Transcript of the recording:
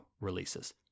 releases